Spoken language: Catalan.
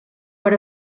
per